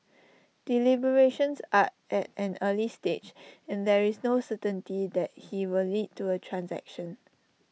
deliberations are at an early stage and there is no certainty that he will lead to A transaction